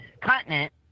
continent